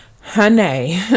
honey